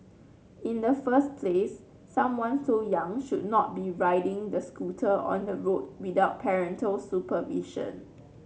in the first place someone so young should not be riding the scooter on the road without parental supervision